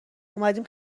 اومدیم